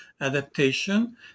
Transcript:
adaptation